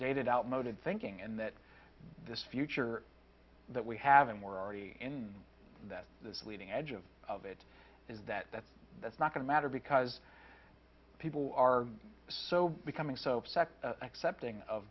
dated outmoded thinking and that this future that we haven't we're already in that the leading edge of of it is that that's that's not going to matter because people are so becoming so upset accepting of